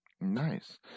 Nice